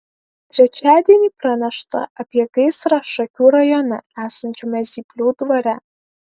trečiadienį pranešta apie gaisrą šakių rajone esančiame zyplių dvare